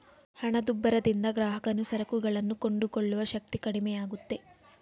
ಹಣದುಬ್ಬರದಿಂದ ಗ್ರಾಹಕನು ಸರಕುಗಳನ್ನು ಕೊಂಡುಕೊಳ್ಳುವ ಶಕ್ತಿ ಕಡಿಮೆಯಾಗುತ್ತೆ